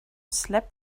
slept